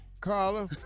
Carla